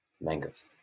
Mangoes